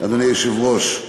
אדוני היושב-ראש,